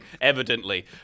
evidently